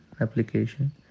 application